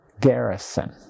Garrison